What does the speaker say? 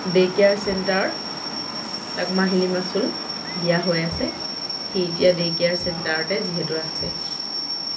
day care চেণ্টাৰত তাক মাহিলী মাচুল দিয়া হৈ আছে সি এতিয়া ডে' কেয়াৰ চেণ্টাৰতে যিহেতু আছে